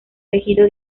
elegido